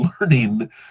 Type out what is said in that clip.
learning